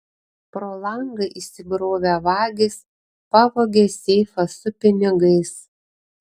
pro langą įsibrovę vagys pavogė seifą su pinigais